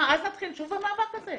אז נתחיל שוב במאבק הזה?